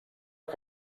que